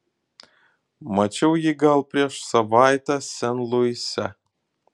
mačiau jį gal prieš savaitę sen luise